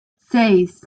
seis